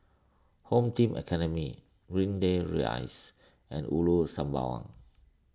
Home Team Academy Greendale Rise and Ulu Sembawang